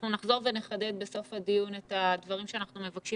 אנחנו נחזור ונחדד בסוף הדיון את הדברים שאנחנו מבקשים